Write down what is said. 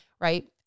right